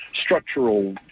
structural